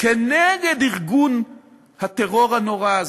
נגד ארגון הטרור הנורא הזה,